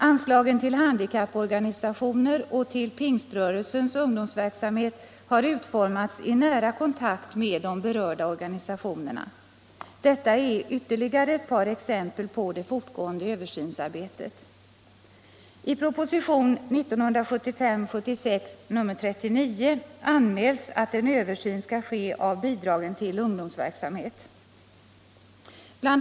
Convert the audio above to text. Anslagen till handikapporganisationer och till Pingströrelsens ungdomsverksamhet har utformats i nära kontakt med de berörda organisationerna. Detta är ytterligare ett par exempel på det fortgående översynsarbetet. I propositionen 1975/76:39 anmäls att en översyn skall ske av bidragen till ungdomsverksamhet. Bl.